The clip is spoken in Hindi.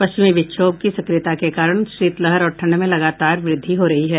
पश्चिमी विक्षोभ की सक्रियता के कारण शीतलहर और ठंड में लगातार वृद्धि हो रही है